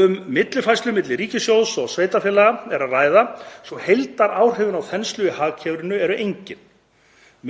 Um millifærslu milli ríkissjóðs og sveitarfélaga er að ræða svo heildaráhrifin á þenslu í hagkerfinu eru engin.